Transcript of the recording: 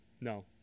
no